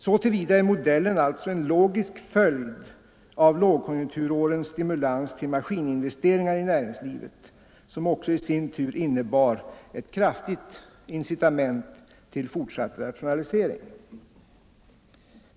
Så till vida är modellen alltså en logisk följd av lågkonjunkturårens stimulans till maskininvesteringar i näringslivet, som också i sin tur innebar ett kraftigt incitament till fortsatt rationalisering.